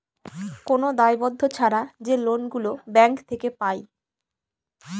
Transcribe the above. কোন দায়বদ্ধ ছাড়া যে লোন গুলো ব্যাঙ্ক থেকে পায়